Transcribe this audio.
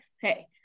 hey